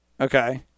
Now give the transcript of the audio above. Okay